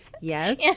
Yes